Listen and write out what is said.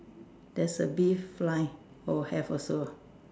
there's a bee fly oh have also